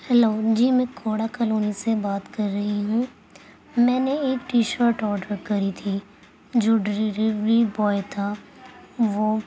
hello جی میں Khora colony سے بات کر رہی ہوں میں نے ایک ٹی شرٹ آڈر کری تھی جو ڈلیوری بوائے تھا وہ